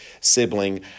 sibling